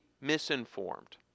misinformed